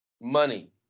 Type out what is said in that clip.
Money